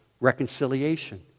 reconciliation